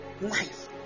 life